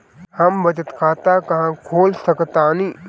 हम बचत खाता कहां खोल सकतानी?